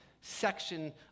section